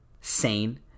sane